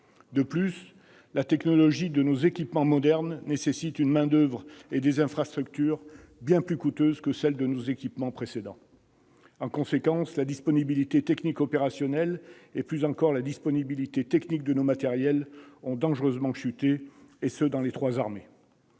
De plus, la technologie de nos équipements modernes nécessite une main-d'oeuvre et des infrastructures bien plus coûteuses que celles de nos équipements précédents. En conséquence, la disponibilité technique opérationnelle et, plus encore, la disponibilité technique de nos matériels ont dangereusement chuté, et ce dans les trois armées.